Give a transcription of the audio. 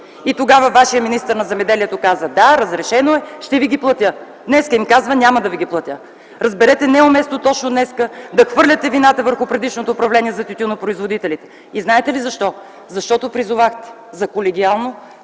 г. Тогава вашият министър на земеделието каза: да, разрешено е, ще ви ги платя. Днес им казва – няма да ви ги платя. Разберете, не е уместно точно днес да хвърляте вината върху предишното управление за тютюнопроизводителите. Знаете ли защо? Защото призовахте за колегиално,